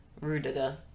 Rudiger